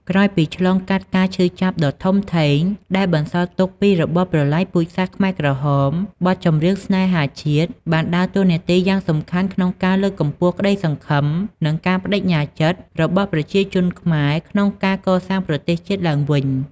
ក្រោយពីឆ្លងកាត់ការឈឺចាប់ដ៏ធំធេងដែលបន្សល់ទុកពីរបបប្រល័យពូជសាសន៍ខ្មែរក្រហម បទចម្រៀងស្នេហាជាតិបានដើរតួនាទីយ៉ាងសំខាន់ក្នុងការ លើកកម្ពស់ក្តីសង្ឃឹម និង ការប្ដេជ្ញាចិត្ត របស់ប្រជាជនខ្មែរក្នុងការ កសាងប្រទេសជាតិឡើងវិញ។